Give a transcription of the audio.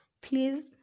Please